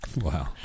Wow